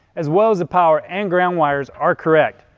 as well as the power and ground wires, are correct.